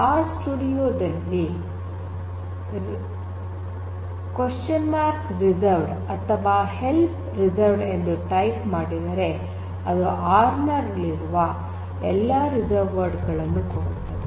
R studio ದಲ್ಲಿ reserved ಅಥವಾ help ಎಂದು ಟೈಪ್ ಮಾಡಿದರೆ ಅದು ಆರ್ ನಲ್ಲಿರುವ ಎಲ್ಲಾ ರಿಸರ್ವ್ಡ್ ವರ್ಡ್ ಗಳನ್ನು ಕೊಡುತ್ತದೆ